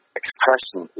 expression